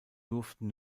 durften